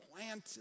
planted